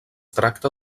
tracta